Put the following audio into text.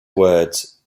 words